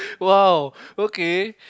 !wow! okay